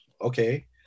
okay